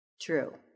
True